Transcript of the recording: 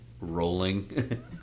rolling